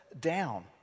down